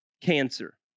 cancer